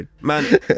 Man